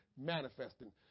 manifesting